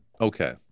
okay